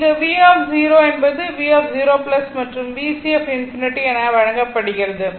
இங்கு V என்பது V0 மற்றும் VC∞ என வழங்கப்படுகிறது